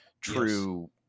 true